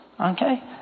Okay